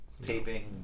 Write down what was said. taping